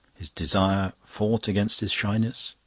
his desire fought against his shyness.